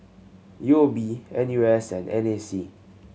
U O B N U S and N A C